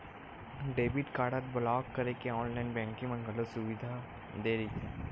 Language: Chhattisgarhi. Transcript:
डेबिट कारड ब्लॉक करे के ऑनलाईन बेंकिंग म घलो सुबिधा दे रहिथे